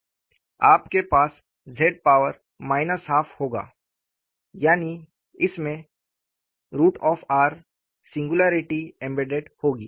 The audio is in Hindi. आपके पास z पावर माइनस हाफ होगा यानी इसमें √r सिंगुलैरिटी एम्बेडेड होगी